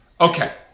Okay